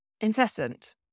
incessant